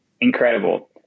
Incredible